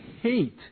hate